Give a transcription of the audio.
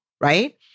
right